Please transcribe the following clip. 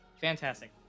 fantastic